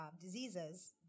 diseases